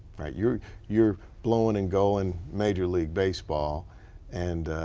your your blowing and going major league baseball and.